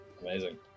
Amazing